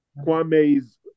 Kwame's